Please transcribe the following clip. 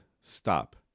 stop